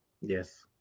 Yes